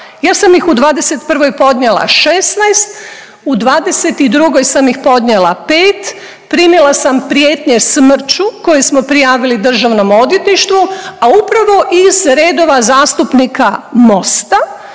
Ja sam u 2021. podnijela 16, u 2022. sam ih podnijela 5. Primila sam prijetnje smrću koje smo prijavili Državnom odvjetništvu, a upravo iz redova zastupnika Mosta